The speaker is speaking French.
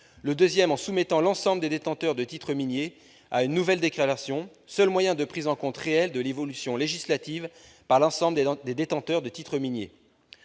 Le second vise à soumettre l'ensemble des détenteurs de titres miniers à une nouvelle déclaration, seul moyen d'assurer une prise en compte réelle de l'évolution législative par l'ensemble des détenteurs de titres miniers.